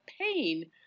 pain